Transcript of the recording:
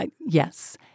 Yes